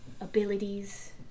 abilities